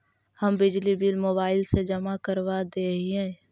हम बिजली bill mobile से जमा करवा देहियै?